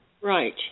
Right